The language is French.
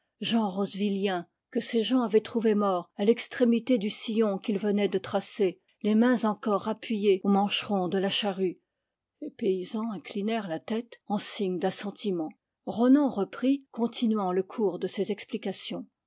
jean rozvilien que ses gens avaient trouvé mort à l'extrémité du sillon qu'il venait de tracer les mains encore appuyées aux mancherons de la charrue les paysans inclinèrent la tête en signe d'assentiment ronan reprit continuant le cours de ses explications